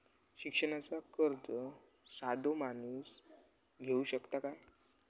शिक्षणाचा कर्ज साधो माणूस घेऊ शकता काय?